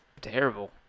terrible